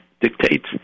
dictates